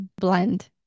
blend